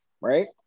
Right